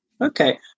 Okay